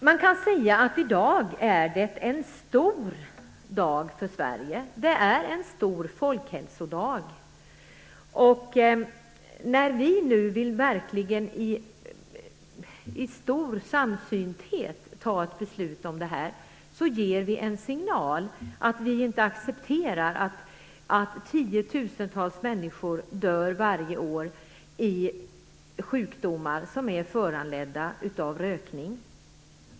Man kan säga att det är en stor dag för Sverige i dag. Det är en stor folkhälsodag. När vi nu i stor samsynthet verkligen vill fatta beslut om det här, sänder vi en signal. Vi accepterar inte att tiotusentals människor dör varje år i sjukdomar som är föranledda av rökning.